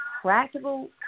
practical